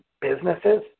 businesses